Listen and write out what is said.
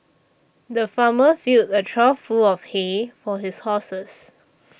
the farmer filled a trough full of hay for his horses